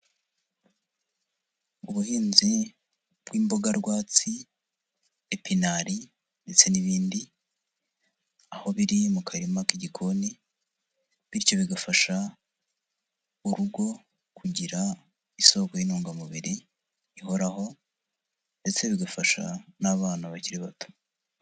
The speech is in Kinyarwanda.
Ubuhinzi bw'imbogarwatsi, epinari ndetse n'ibindi, aho biri mu karima k'igikoni bityo bigafasha urugo kugira isoko y'intungamubiri ihoraho ndetse bigafasha n'abana bakiri bato.